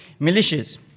militias